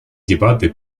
дебаты